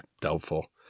Doubtful